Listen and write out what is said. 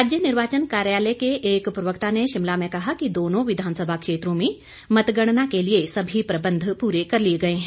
राज्य निर्वाचन कार्यालय के एक प्रवक्ता ने शिमला में कहा कि दोनों विधानसभा क्षेत्रों में मतगणना के लिए सभी प्रबंध पूरे कर लिए गए हैं